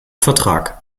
vertrag